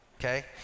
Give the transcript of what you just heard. okay